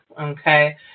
okay